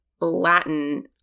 Latin